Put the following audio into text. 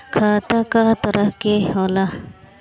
खाता क तरह के होला?